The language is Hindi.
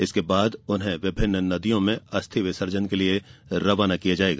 इसके बाद उन्हें विभिन्न नदियों में अस्थि विसर्जन के लिए रवाना किया जाएगा